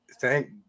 thank